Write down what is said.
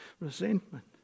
resentment